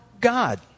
God